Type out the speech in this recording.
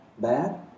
bad